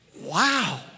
wow